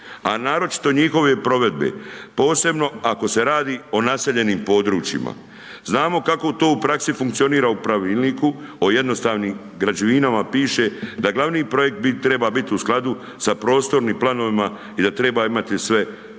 a naročito njihove provedbe, posebno ako se radi o naseljenim područjima. Znamo kako to u praksi funkcionira u pravilniku o jednostavnim građevinama piše da glavni projekt treba biti u skladu sa prostornim planovima i da treba imati sve potvrde.